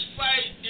fight